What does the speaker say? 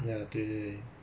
how to say ah